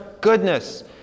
goodness